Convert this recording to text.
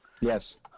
Yes